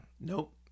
nope